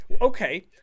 Okay